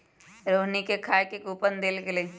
रोहिणी के खाए के कूपन देल गेलई